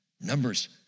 Numbers